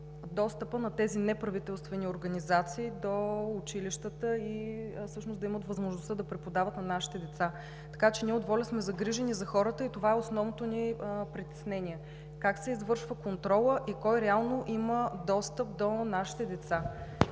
достъпа на тези неправителствени организации до училищата да имат възможността да преподават на нашите деца? Ние от ВОЛЯ сме загрижени за хората и това е основното ни притеснение – как се извършва контролът и кой реално има достъп по нашите деца?